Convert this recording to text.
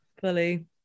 fully